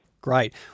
Great